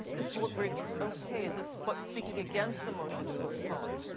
this will okay, is this but speaking against the motion to postpone?